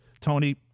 tony